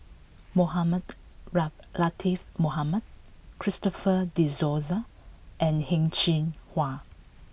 Mohamed Latiff Mohamed Christopher De Souza and Heng Cheng Hwa